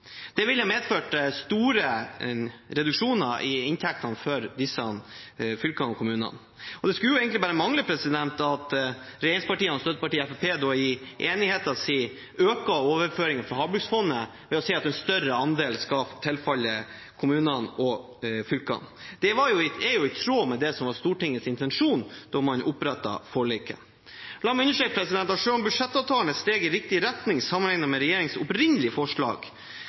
Det ville medført store reduksjoner i inntektene for disse fylkene og kommunene. Det skulle egentlig bare mangle at regjeringspartiene og støttepartiet Fremskrittspartiet i enigheten sin da øker overføringen fra havbruksfondet ved å si at en større andel skal tilfalle kommunene og fylkene. Det er jo i tråd med det som var Stortingets intensjon da man opprettet forliket. Selv om budsjettavtalen er et steg i riktig retning sammenlignet med regjeringens opprinnelige forslag,